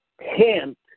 hint